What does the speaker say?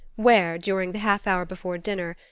where, during the half-hour before dinner,